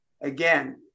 again